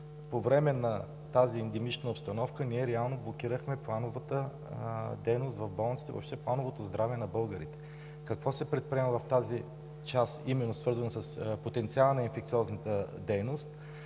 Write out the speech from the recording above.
по време на тази епидемична обстановка ние реално блокирахме плановата дейност в болниците, въобще плановото здраве на българите. Какво се предприема в тази част – свързана именно с потенциала на инфекциозната дейност?